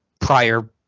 prior